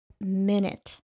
minute